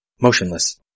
Motionless